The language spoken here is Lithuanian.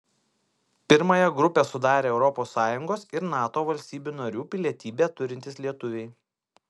pirmąją grupę sudarę europos sąjungos ir nato valstybių narių pilietybę turintys lietuviai